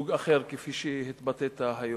מסוג אחר, כפי שהתבטאת היום.